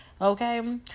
okay